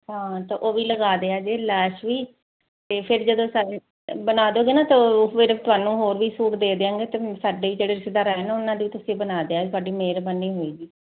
ਹਾਂ ਤਾਂ ਉਹ ਵੀ ਲਗਾ ਦਿਆ ਜੇ ਲੈਸ ਵੀ ਤੇ ਫਿਰ ਜਦੋਂ ਬਣਾ ਦੋਗੇ ਨਾ ਤੋ ਫਿਰ ਤੁਹਾਨੂੰ ਹੋਰ ਵੀ ਸੂਟ ਦੇ ਦਿਆਂਗੇ ਤੇ ਸਾਡੇ ਜਿਹੜੇ ਰਿਸ਼ਤੇਦਾਰ ਰਹਿਣ ਉਹਨਾਂ ਦੀ ਤੁਸੀਂ ਬਣਾ ਦਿਆ ਤੁਹਾਡੀ ਮਿਹਰਬਾਨੀ ਹੋਏਗੀ